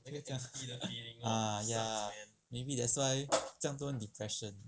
ah ya maybe that's why 这样多 depression